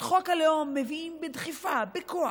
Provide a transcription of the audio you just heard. את חוק הלאום מביאים בדחיפה, בכוח,